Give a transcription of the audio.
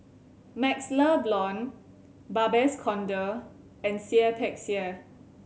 MaxLe Blond Babes Conde and Seah Peck Seah